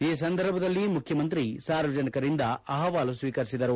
ಈ ಸಂದರ್ಭದಲ್ಲಿ ಮುಖ್ಯಮಂತ್ರಿ ಸಾರ್ವಜನಿಕರಿಂದ ಅಹವಾಲು ಸ್ವೀಕರಿಸಿದರು